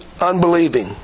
unbelieving